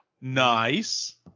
nice